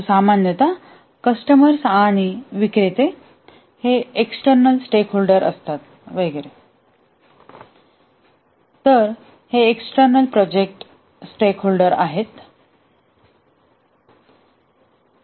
परंतु सामान्यत कस्टमर्स आणि विक्रेते एक्सटर्नल असतात वगैरे तर हे एक्सटर्नल प्रोजेक्ट स्टेकहोल्डर आहेत